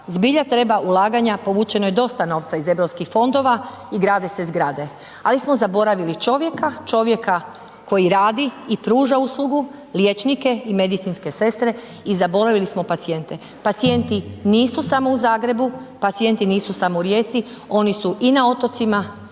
zbilja treba ulaganja, povučeno je dosta novca iz europskih fondova i grade se zgrade, ali smo zaboravili čovjeka. Čovjeka koji radi i pruža uslugu, liječnike i medicinske sestre i zaboravili smo pacijente. Pacijenti nisu samo u Zagrebu, pacijenti nisu samo u Rijeci, oni su i na otocima